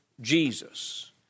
Jesus